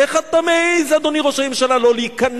איך אתה מעז, אדוני ראש הממשלה, לא להיכנע?